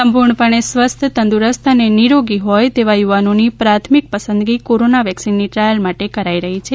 સંપૂર્ણપણે સ્વસ્થ તંદુરસ્ત અને નિરોગી હોય તેવા યુવાનોની પ્રાથમિક પસંદગી કોરોના વેક્સિનની ટ્રાયલ માટે કરવામાં આવી રહી છે